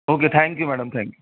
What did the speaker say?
okay thank you madam thank you